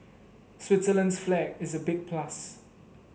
Switzerland's flag is a big plus